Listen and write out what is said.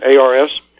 ARS